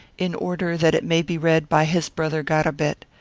in order that it may be read by his brother garabet,